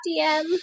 DM